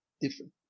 different